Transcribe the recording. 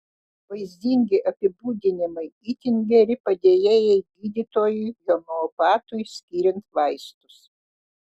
vaizdingi apibūdinimai itin geri padėjėjai gydytojui homeopatui skiriant vaistus